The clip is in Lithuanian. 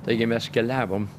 taigi mes keliavom